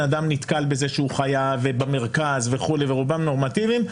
אדם נתקל בזה שהוא חייב ובמרכז ורובם נורמטיביים וכולי.